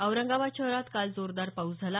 औरंगाबाद शहरातही काल जोरदार पाऊस झाला